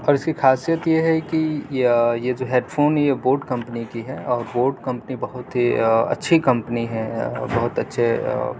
اور اس کی خاصیت یہ ہے کہ یہ جو ہیڈ فون یہ بوٹ کمپنی کی ہے اور بوٹ کمپنی بہت ہی اچھی کمپنی ہے بہت اچھے